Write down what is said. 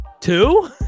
Two